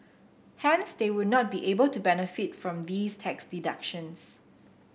hence they would not be able to benefit from these tax deductions